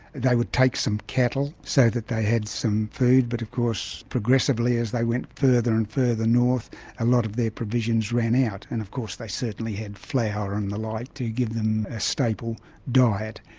they would take some cattle, so that they had some food but of course progressively as they went further and further north a lot of their provisions ran out. and of course they certainly had flour and the like to give them a staple diet,